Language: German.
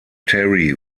terry